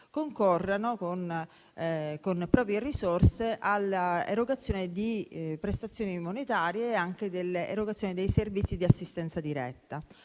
concorrano con proprie risorse all'erogazione di prestazioni monetarie e anche dei servizi di assistenza diretta.